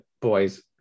boys